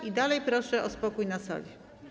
I dalej proszę o spokój na sali.